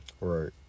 right